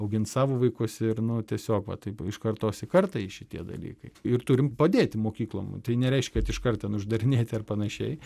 augins savo vaikus ir nu tiesiog vat taip iš kartos į kartą eis šitie dalykai ir turim padėti mokyklom tai nereiškia kad iškart ten uždarinėti ar panašiai